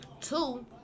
Two